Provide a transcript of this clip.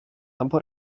або